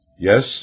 Yes